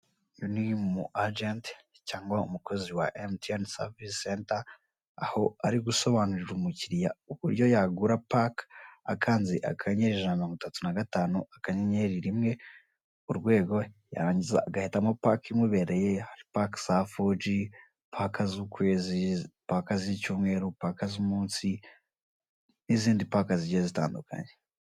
Uyu ni umu agent cyangwa umukozi wa MTN serivisi center aho ari gusobanurira umukiriya uburyo yagura paka akanze akanyenyeri ijana na mirongo itatu na gatanu akanyenyeri rimwe urwego agahitamo paka imubereye paka za fogi, pake z'ukwezi, paka z'icyumweru, paka z'umunsi n'izindi paka zigiye zitandukanye.